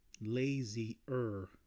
lazy-er